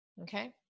Okay